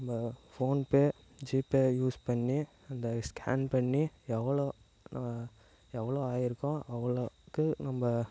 நம்ம PhonePe GPay use பண்ணி அந்த ஸ்கேன் பண்ணி எவ்வளோ எவ்வளோ ஆயிருக்கோ அவ்வளோக்கு நம்ப